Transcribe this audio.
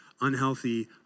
unhealthy